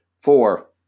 Four